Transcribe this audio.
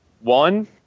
One